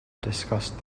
discussed